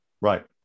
Right